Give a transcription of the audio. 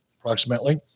approximately